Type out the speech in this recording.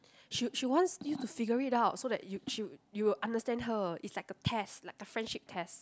she she wants you to figure it out so that you she w~ you will understand her it's like a test like a friendship test